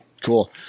Cool